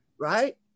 right